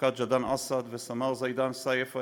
רב-פקד ג'דעאן אסעד וסמ"ר זידאן סייף,